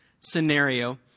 scenario